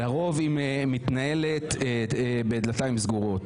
ועדת חוץ וביטחון מתנהלת לרוב בדלתיים סגורות.